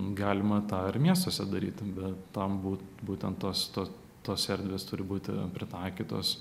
galima tą ir miestuose daryti bet tam būti būtent tas tas tos erdvės turi būti pritaikytos